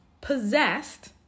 possessed